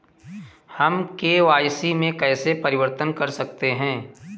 हम के.वाई.सी में कैसे परिवर्तन कर सकते हैं?